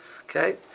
Okay